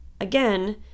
Again